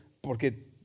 Porque